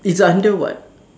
it's under what